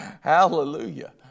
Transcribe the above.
Hallelujah